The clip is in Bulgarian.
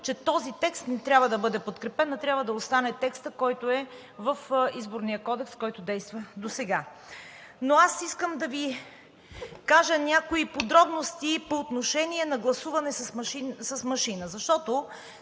че този текст не трябва да бъде подкрепен, а трябва да остане текстът, който е в Изборния кодекс, който действа досега. Но аз искам да Ви кажа някои подробности по отношение на гласуване с машина, защото